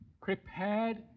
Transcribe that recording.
prepared